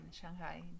Shanghai